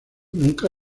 nunca